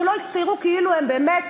שלא יצטיירו כאילו הם באמת